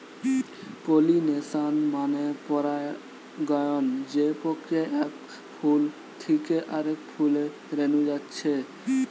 pollination মানে পরাগায়ন যে প্রক্রিয়ায় এক ফুল থিকে আরেক ফুলে রেনু যাচ্ছে